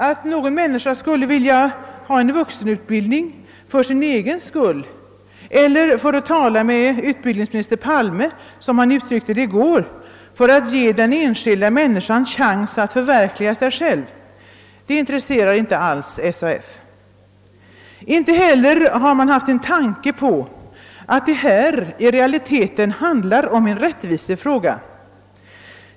Att någon människa skulle vilja ha en vuxenutbildning för sin egen skull eller — såsom utbildningsminister Palme uttryckte det i går — för att ge den enskilda människan chans att förverkliga sig själv intresserar inte alls SAF. Inte heller har man haft en tanke på att det här i realiteten handlar om en rättvisefråga.